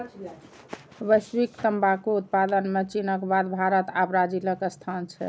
वैश्विक तंबाकू उत्पादन मे चीनक बाद भारत आ ब्राजीलक स्थान छै